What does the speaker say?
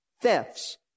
thefts